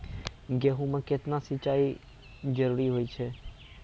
गेहूँ म केतना सिंचाई जरूरी होय छै?